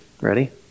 Ready